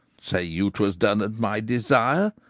say you twas done at my desire,